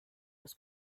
los